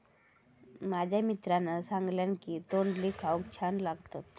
माझ्या मित्रान सांगल्यान की तोंडली खाऊक छान लागतत